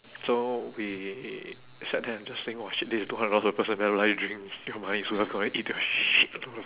so we sat there and just think !wah! shit this is two hundred dollar per person drink then I might as well go and eat their shit